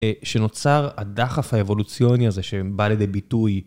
שנוצר הדחף האבולוציוני הזה שבא לידי ביטוי.